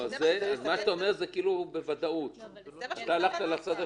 אתה הלכת לצד השני.